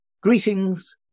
Greetings